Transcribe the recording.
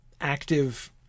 active